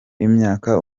imyaka